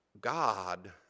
God